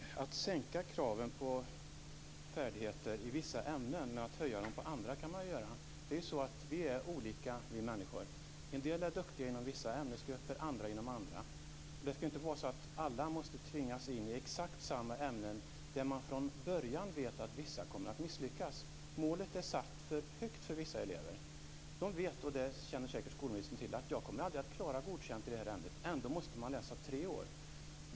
Fru talman! Att sänka kraven på färdigheter i vissa ämnen och höja kraven i andra ämnen kan man väl göra. Vi människor är ju olika. En del är duktiga inom vissa ämnesgrupper och andra är duktiga inom andra ämnesgrupper. Det skall inte vara så att alla måste tvingas in i exakt samma ämnen där man från början vet att vissa kommer att misslyckas. Målet är satt för högt för vissa elever. De vet, vilket skolministern säkert känner till, att de aldrig kommer att klara betyget Godkänd i ett visst ämne. Ändå måste de läsa i tre år.